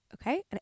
okay